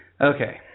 Okay